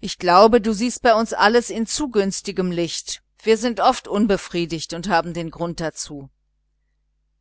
ich glaube du siehst bei uns alles in zu günstigem licht wir sind oft unbefriedigt und haben allen grund dazu